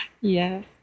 Yes